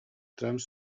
trams